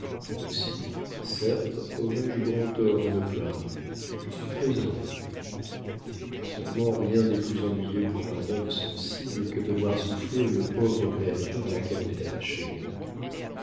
aussi certes aurais-je grand tort de me plaindre je suis très heureux seulement rien n'est plus ennuyeux pour un homme sensible que de voir souffrir une pauvre créature à laquelle on est attaché